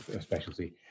specialty